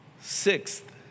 Sixth